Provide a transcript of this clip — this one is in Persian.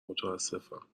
متاسفم